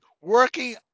working